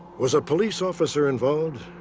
was a police officer involved?